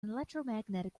electromagnetic